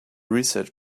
research